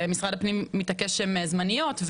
משרד הפנים מתעקש שהן זמניות,